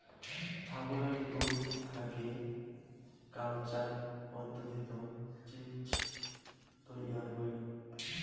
ছাগলের দুধ থাকি কালচার পদ্ধতিত চীজ তৈয়ার হই